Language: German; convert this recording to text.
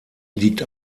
liegt